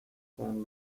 con